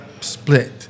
split